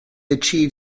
achieved